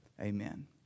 amen